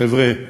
חבר'ה,